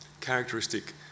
characteristic